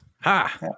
Ha